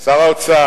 מי זה "הוא"?